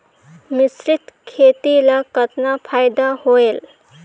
मिश्रीत खेती ल कतना फायदा होयल?